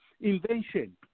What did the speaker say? invention